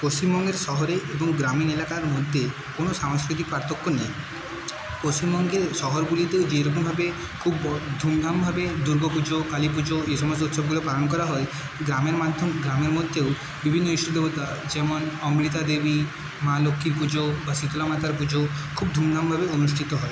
পশ্চিমবঙ্গের শহরে এবং গ্রামীণ এলাকার মধ্যে কোনো সাংস্কৃতিক পার্থক্য নেই পশ্চিমবঙ্গের শহরগুলিতে যে রকম ভাবে খুব বড়ো ধুমধামভাবে দুর্গোপুজো কালীপুজো এই সমস্ত উৎসবগুলো পালন করা হয় গ্রামের মাধ্যম গ্রামের মধ্যেও বিভিন্ন ইষ্টদেবতা যেমন অমৃতা দেবী মা লক্ষ্মী পুজো বা শীতলা মাতার পুজো খুব ধুমধামভাবে অনুষ্ঠিত হয়